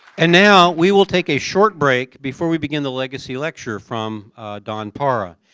and now, we will take a short break before we begin the legacy lecture from don para.